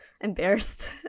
embarrassed